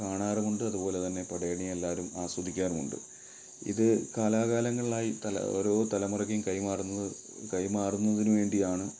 കാണാറുമുണ്ട് അതുപോലെ തന്നെ പടയണിയെ എല്ലാവരും ആസ്വദിക്കാറുമുണ്ട് ഇത് കാലാകാലങ്ങളിലായി തല ഓരോ തല മുറക്കും കൈമാറുന്നത് കൈമാറുന്നതിന് വേണ്ടിയാണ്